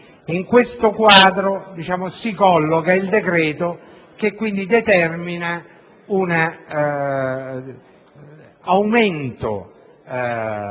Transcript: In questo quadro si colloca il decreto, che quindi determina un aumento